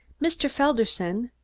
mr. felderson?